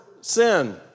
sin